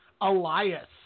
Elias